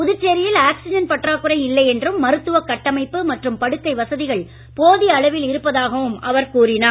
புதுச்சேரியில் ஆக்சிஜன் பற்றாக்குறை இல்லை என்றும் மருத்துவ கட்டமைப்பு மற்றும் படுக்கை வசதிகள் போதிய அளவில் இருப்பதாகவும் அவர் கூறினார்